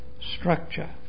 structure